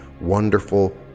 wonderful